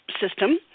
system